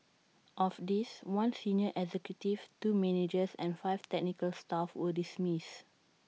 of these one senior executive two managers and five technical staff were dismissed